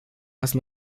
ați